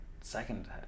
second